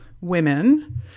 women